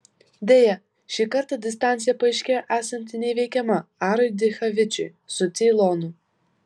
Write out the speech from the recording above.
deja šį kartą distancija paaiškėjo esanti neįveikiama arui dichavičiui su ceilonu